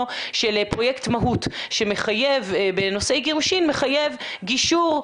של פרויקט מהות שבנושאי גירושין מחייב גישור,